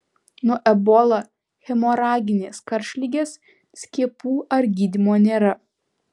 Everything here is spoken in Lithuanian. nuo ebola hemoraginės karštligės skiepų ar gydymo nėra